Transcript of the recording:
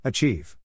Achieve